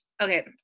Okay